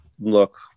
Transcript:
look